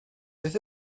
beth